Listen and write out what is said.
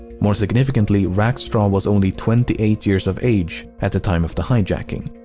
more significantly, rackstraw was only twenty eight years of age at the time of the hijacking.